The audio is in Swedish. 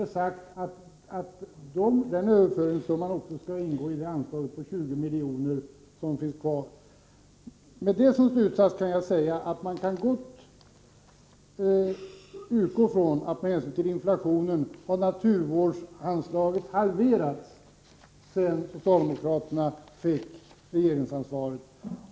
Det är sagt att överföringssumman nu skall inräknas i anslaget om de 20 miljoner kronorna. Således kan man gott och väl utgå från att naturvårdsanslaget — med hänsyn tagen till inflationen — har halverats sedan socialdemokraterna tog över regeringsansvaret.